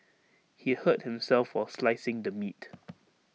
he hurt himself while slicing the meat